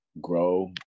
grow